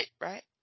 right